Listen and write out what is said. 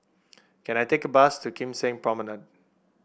can I take a bus to Kim Seng Promenade